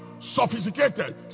sophisticated